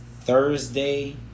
Thursday